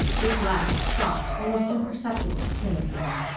this last with soft, almost imperceptible, cynicism.